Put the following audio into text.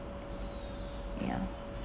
ya